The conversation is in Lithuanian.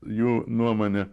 jų nuomone